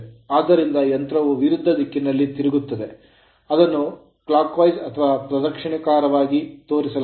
ಆದ್ದರಿಂದ ಯಂತ್ರವು ವಿರುದ್ಧ ದಿಕ್ಕಿನಲ್ಲಿ ತಿರುಗುತ್ತದೆ ಅದನ್ನು clockwise ಪ್ರದಕ್ಷಿಣಾಕಾರವಾಗಿ ತೋರಿಸಲಾಗಿದೆ